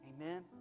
Amen